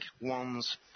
one's